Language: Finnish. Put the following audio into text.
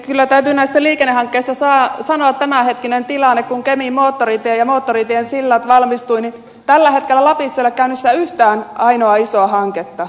kyllä täytyy näistä liikennehankkeista sanoa tämänhetkinen tilanne että kun kemin moottoritie ja moottoritien sillat valmistuivat niin tällä hetkellä lapissa ei ole käynnissä yhtään ainoaa isoa hanketta